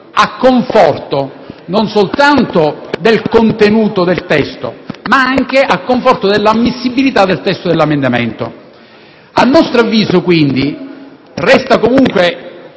a conforto non soltanto del contenuto del testo, ma anche a conforto dell'ammissibilità dell'articolo. A nostro avviso, quindi, resta comunque